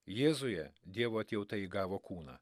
jėzuje dievo atjauta įgavo kūną